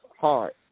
hard